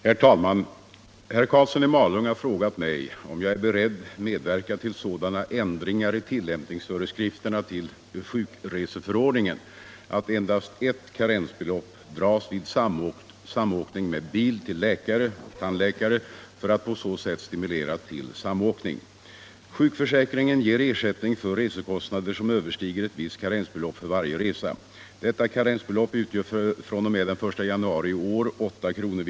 Herr talman! Herr Karlsson i Malung har frågat mig om jag är beredd medverka till sådana ändringar i tillämpningsföreskrifterna till sjukreseförordningen att endast ett karensbelopp dras vid samåkning med bil till läkare och tandläkare för att på så sätt stimulera till samåkning. Sjukförsäkringen ger ersättning för resekostnader som överstiger ett visst karensbelopp för varje resa. Detta karensbelopp utgör fr.o.m. den 1 januari i år 8 kr.